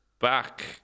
back